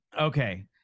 Okay